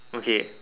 okay